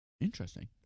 Interesting